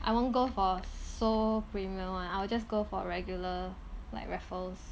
I won't go for so premium one I will just go for regular like raffles